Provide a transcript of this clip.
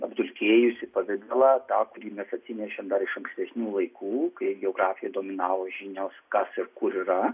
apdulkėjusi pavidalą tą kurį mes atsinešėm iš ankstesnių laikų kai jau gatvėje dominavo žinios kas kur yra